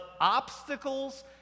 obstacles